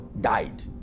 died